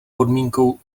podmínkou